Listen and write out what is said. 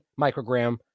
microgram